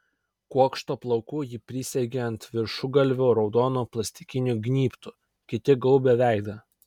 kuokštą plaukų ji prisisegė ant viršugalvio raudonu plastikiniu gnybtu kiti gaubė veidą